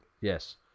Yes